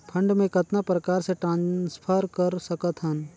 Fund मे कतना प्रकार से ट्रांसफर कर सकत हन?